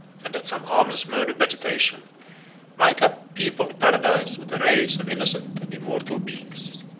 and that some harmless mode of vegetation might have peopled paradise with a race of innocent and immortal beings.